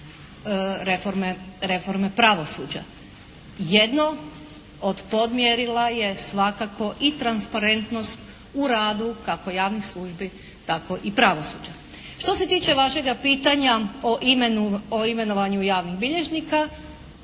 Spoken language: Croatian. reforme pravosuđa. Jedno od podmjerila je svakako i transparentnost u radu kako javnih službi tako i pravosuđa. Što se tiče vašega pitanja o imenovanju, o imenovanju javnih bilježnika